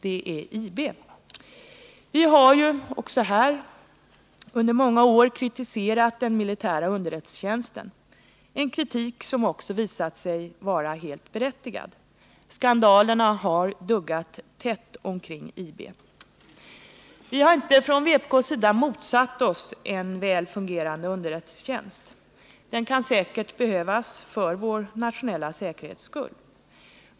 Det gäller IB. Vi har under många år kritiserat den militära underrättelsetjänsten. Det är en kritik som visat sig vara helt berättigad. Skandalerna har duggat tätt omkring IB. Vi har inte motsatt oss en väl fungerande underrättelsetjänst. Den kan säkert behövas för vår nationella säkerhets skull.